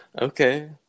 Okay